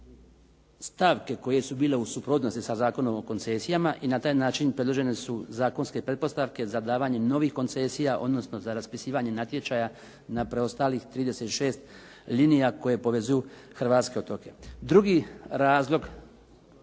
stavke koje su bile u suprotnosti sa Zakonom o koncesijama i na taj način predložene su zakonske pretpostavke za davanje novih koncesija, odnosno za raspisivanje natječaja na preostalih 36 linija koje povezuju hrvatske otoke. Drugi razlog